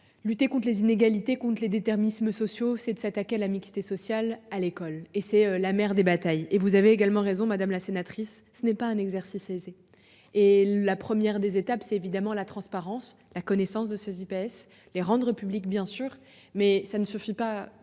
Lutter contre les inégalités compte les déterminismes sociaux c'est de s'attaquer à la mixité sociale à l'école et c'est la mère des batailles et vous avez également raison madame la sénatrice. Ce n'est pas un exercice aisé et la première des étapes c'est évidemment la transparence, la connaissance de ces IPS les rendre publics bien sûr mais ça ne suffit pas